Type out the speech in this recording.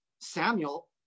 Samuel